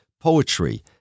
poetry